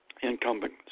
incumbent